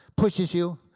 pushes you,